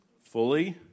Fully